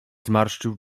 zmarszczył